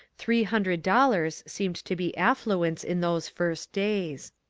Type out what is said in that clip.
three hundred dollars seemed to be affluence in those first days.